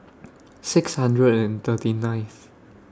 six hundred and thirty ninth